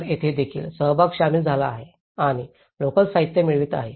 तर येथे देखील सहभाग सामील झाला आहे आणि लोकल साहित्य मिळवित आहे